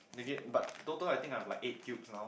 they gave but total I think I have like eight tubes now